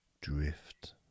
drift